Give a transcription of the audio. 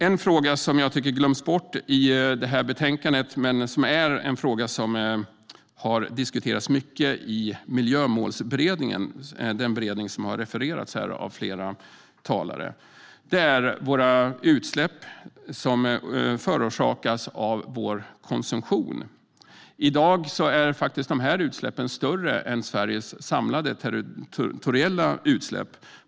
En fråga som jag tycker glöms bort i betänkandet är en fråga som har diskuterats mycket i Miljömålsberedningen, den beredning som här har refererats av flera talare. Det gäller våra utsläpp som förorsakas av vår konsumtion. I dag är de utsläppen större än Sveriges samlade territoriella utsläpp.